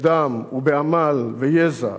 בדם ובעמל ויזע.